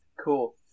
Cool